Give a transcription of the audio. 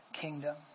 kingdom